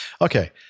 Okay